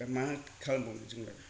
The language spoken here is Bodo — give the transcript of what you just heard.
दा मा खालामबावनो जोंलाय